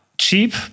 cheap